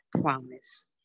promise